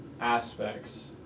aspects